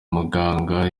muganga